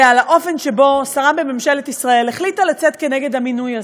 ועל האופן שבו שרה בממשלת ישראל החליטה לצאת נגד המינוי הזה.